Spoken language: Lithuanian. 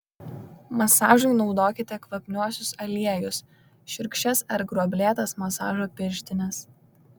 masažui naudokite kvapniuosius aliejus šiurkščias ar gruoblėtas masažo pirštines